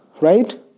right